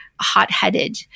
hot-headed